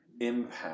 impact